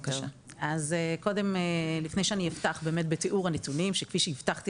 לפני שאפתח בתיאור הנתונים שכפי שהבטחתי